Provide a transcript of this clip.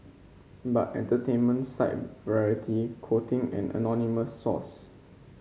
but entertainment site Variety quoting an anonymous source